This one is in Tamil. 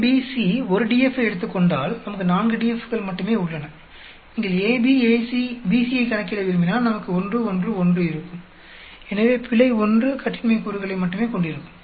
A B C ஒரு DF ஐ எடுத்துக் கொண்டால் நமக்கு நான்கு DF கள் மட்டுமே உள்ளன நீங்கள் AB AC BC ஐக் கணக்கிட விரும்பினால் நமக்கு 1 1 1 இருக்கும் எனவே பிழை 1 கட்டின்மை கூறுகளை மட்டுமே கொண்டிருக்கும்